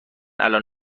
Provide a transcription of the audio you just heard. الان